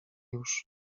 już